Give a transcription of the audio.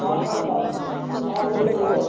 হ্যাঁ হ্যাঁ হ্যাঁ হ্যাঁ রয়েছে রয়েছে